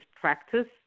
practice